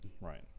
right